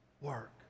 work